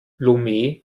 lomé